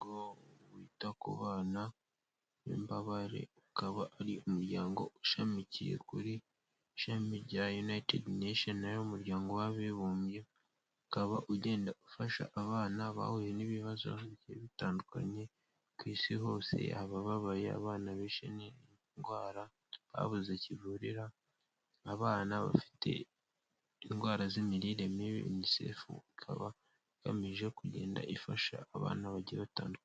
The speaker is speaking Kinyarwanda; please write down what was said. Umuryango wita ku bana b'imbabare ukaba ari umuryango ushamikiye kuri ishami rya United Nations ari wo muryango w'abibumbye, ukaba ugenda ufasha abana bahuye n'ibibazo bitandukanye ku isi hose, abababaye, abana bishwe n'indwara babuze kivurira, abana bafite indwara z'imirire mibi, Unicef ikaba igamije kugenda ifasha abana bagiye batandukanye.